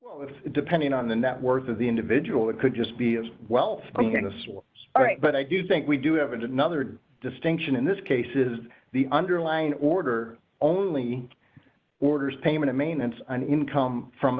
with depending on the net worth of the individual it could just be as well in a small but i do think we do have another distinction in this case is the underlying order only orders payment maintenance and income from